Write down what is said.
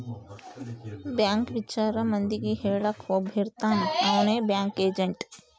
bank ವಿಚಾರ ಮಂದಿಗೆ ಹೇಳಕ್ ಒಬ್ಬ ಇರ್ತಾನ ಅವ್ನೆ ಬ್ಯಾಂಕ್ ಏಜೆಂಟ್